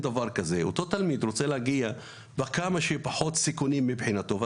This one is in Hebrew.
לעשות את זה עם כמה שפחות סיכונים מבחינתו.